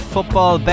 Football